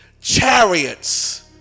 chariots